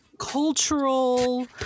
Cultural